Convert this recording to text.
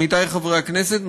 עמיתי חברי הכנסת,